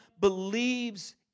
believes